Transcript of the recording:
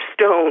Stone